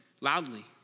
loudly